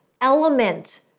element